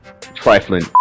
trifling